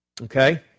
Okay